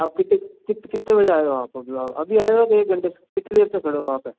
आप कितने कित कितने बजे आए हो आप अभी आए हो एक घंटे से कितनी देर से खड़े हो वहाँ पर